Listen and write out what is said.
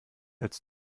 als